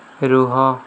ରୁହ